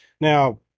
Now